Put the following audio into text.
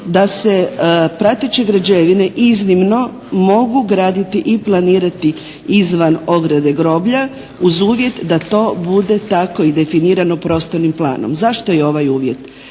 da se prateće građevine iznimno mogu graditi i planirati izvan ograde groblja uz uvjet da to bude tako definirano prostornim planom. Zašto je ovaj uvjet?